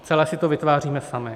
Celé si to vytváříme sami.